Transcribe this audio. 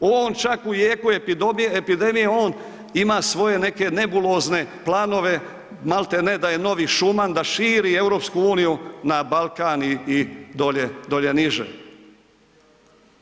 On čak u jeku epidemije, on ima svoje neke nebulozne planove, malte ne da je novi Šuman, da širi EU na Balkan i dolje, dolje niže.